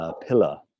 Pillar